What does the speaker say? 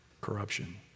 Corruption